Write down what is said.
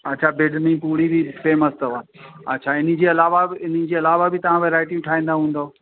अच्छा बेदनी पूरी बि फ़ेमस अथव अच्छा इन्हीअ जे अलावा इन्हीअ जे अलावा बि तव्हां वैराइटियूं ठाहींदा हूंदव